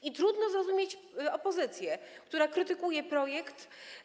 I trudno zrozumieć opozycję, która krytykuje projekt.